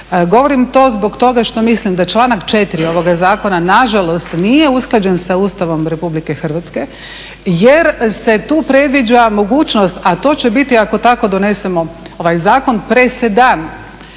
Govorim to zbog toga što mislim da članak 4. ovoga zakona nažalost nije usklađen sa Ustavom Republike Hrvatske jer se tu predviđa mogućnost sa to će biti ako to donesemo ovaj zakon presedan.